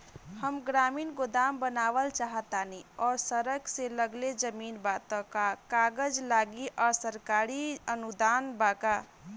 हम ग्रामीण गोदाम बनावल चाहतानी और सड़क से लगले जमीन बा त का कागज लागी आ सरकारी अनुदान बा का?